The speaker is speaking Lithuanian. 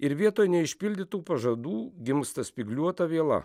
ir vietoj neišpildytų pažadų gimsta spygliuota viela